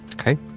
Okay